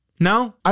No